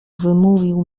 wymówił